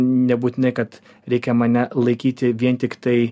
nebūtinai kad reikia mane laikyti vien tiktai